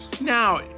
Now